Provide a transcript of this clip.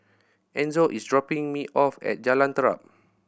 Enzo is dropping me off at Jalan Terap